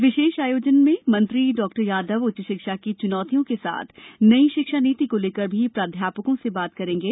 इस विशेष आयोजन में मंत्री डॉ यादव उच्च शिक्षा की चुनौतियों के साथ नई शिक्षा नीति को लेकर भी प्राध्यापकों से बात करेंगे